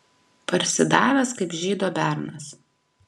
parsidavęs kaip žydo bernas